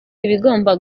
ibigomba